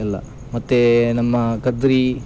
ಎಲ್ಲ ಮತ್ತು ನಮ್ಮ ಕದ್ರಿ